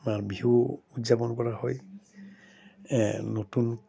আমাৰ বিহু উদযাপন কৰা হয় নতুন